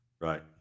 Right